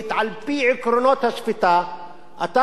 אתה צריך גורם אובייקטיבי שיבוא לשפוט,